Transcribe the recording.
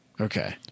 Okay